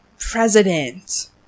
President